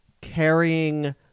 carrying